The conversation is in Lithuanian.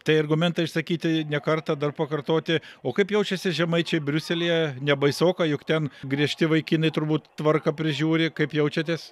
tai argumentai išsakyti ne kartą dar pakartoti o kaip jaučiasi žemaičiai briuselyje nebaisoka juk ten griežti vaikinai turbūt tvarką prižiūri kaip jaučiatės